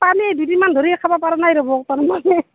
পানী দুদিনমান ধৰি খাব পাৰা নাই ৰ'ব তাৰমানে